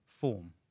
form